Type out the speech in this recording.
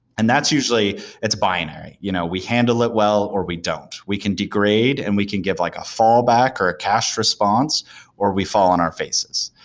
and that's usually it's binary. you know we handle it well or we don't. we can degrade and we can give like a fall back or a cached response or we fall on our faces.